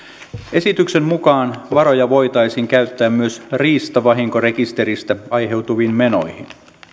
esityksen mukaan varoja voitaisiin käyttää myös riistavahinkorekisteristä aiheutuviin menoihin